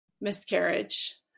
miscarriage